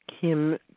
Kim